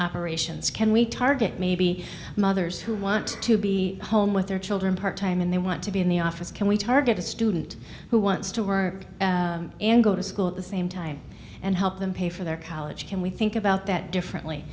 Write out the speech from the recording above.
hurry can we target maybe mothers who want to be home with their children part time and they want to be in the office can we target a student who wants to work and go to school at the same time and help them pay for their college can we think about that differently